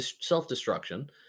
self-destruction